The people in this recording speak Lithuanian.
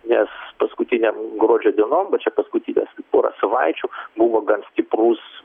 nes paskutinėm gruodžio dienom va čia paskutines porą savaičių buvo gan stiprus